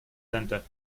center